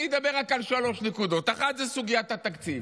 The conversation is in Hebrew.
אני אדבר רק על שלוש נקודות: אחת זו סוגית התקציב.